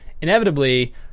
inevitably